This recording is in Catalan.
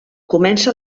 comença